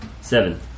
Seven